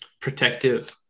protective